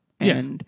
Yes